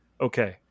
okay